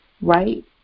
right